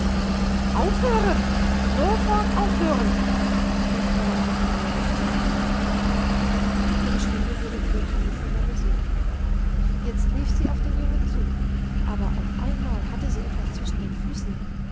aufhören sofort aufhören rief fräulein rottenmeier ins zimmer hinein ihre stimme wurde übertönt von der musik jetzt lief sie auf den jungen zu aber auf einmal hatte sie etwas zwischen den füßen